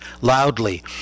loudly